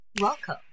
Welcome